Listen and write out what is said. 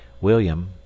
william